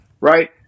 right